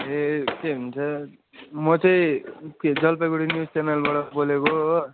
ए के भन्छ म चाहिँ जलपागढी न्यूज च्यानलबाट बोलेको हो